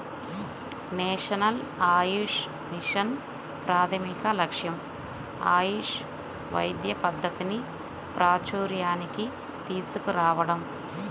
national AYUSH mission ప్రాథమిక లక్ష్యం ఆయుష్ వైద్య పద్ధతిని ప్రాచూర్యానికి తీసుకురావటం